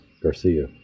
Garcia